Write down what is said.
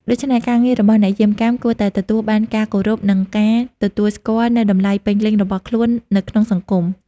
ដូច្នេះ ការងាររបស់អ្នកយាមកាមគួរតែទទួលបានការគោរព និងការទទួលស្គាល់នូវតម្លៃពេញលេញរបស់ខ្លួននៅក្នុងសង្គម។